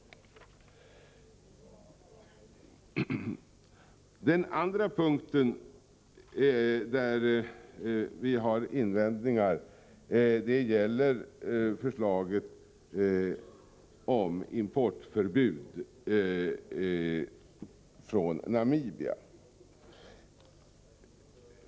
Den andra punkten där vi har invändningar gäller förslaget om förbud mot import från Namibia.